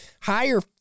higher